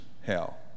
hell